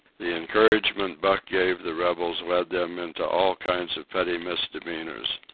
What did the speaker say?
the encouragement buck gave the rebels led them into all kinds of petty misdemeanors.